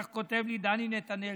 כך כתב לי דני נתנאל,